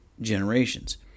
generations